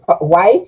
wife